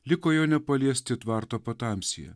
liko jo nepaliesti tvarto patamsyje